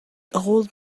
old